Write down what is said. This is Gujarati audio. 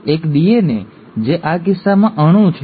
તેથી એક ડીએનએ જે આ કિસ્સામાં આ અણુ છે